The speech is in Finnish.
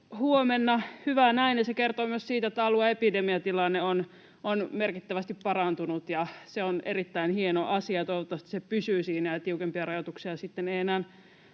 hyvä näin. Se kertoo myös siitä, että alueen epidemiatilanne on merkittävästi parantunut, ja se on erittäin hieno asia. Toivottavasti se pysyy siinä ja tiukempia rajoituksia sitten